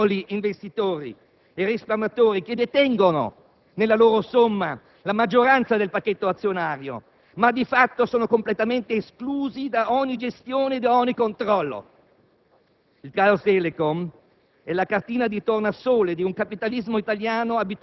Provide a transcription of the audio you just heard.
Una revisione delle regole societarie che garantiscano anche i diritti ai piccoli investitori e risparmiatori, che detengono nella loro somma, la maggioranza del pacchetto azionario, ma di fatto sono completamente esclusi da ogni gestione e da ogni controllo.